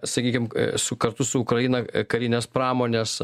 sakykim su kartu su ukraina karinės pramonės